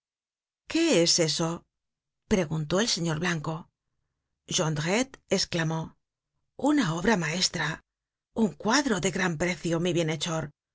qué es eso preguntó el señor blanco jondrette esclamó una obra maestra un cuadro de gran precio mi